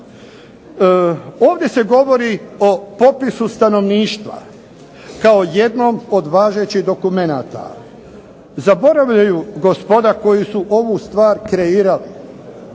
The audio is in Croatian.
Ovdje se govori o popisu stanovništva kao jednom od važećih dokumenata. Zaboravljaju gospoda koji su ovu stvar kreirali,